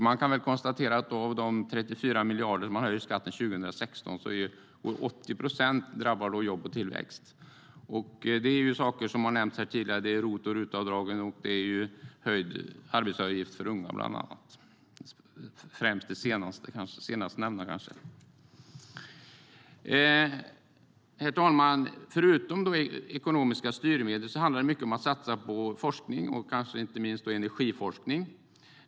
Man kan konstatera att av de 34 miljarder man höjer skatten med 2016 drabbar 80 procent jobb och tillväxt. Som har nämnts här tidigare rör det bland annat ROT och RUT-avdrag och höjd arbetsgivaravgift för unga, kanske främst det senare. Herr talman! Förutom ekonomiska styrmedel handlar det om att satsa på forskning och inte minst på energiforskning.